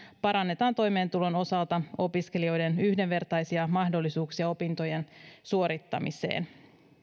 parannetaan toimeentulon osalta opiskelijoiden yhdenvertaisia mahdollisuuksia opintojen suorittamiseen